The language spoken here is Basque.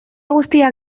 guztiak